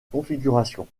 configuration